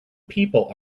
people